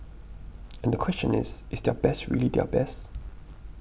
and the question is is their best really their best